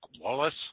Wallace